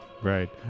Right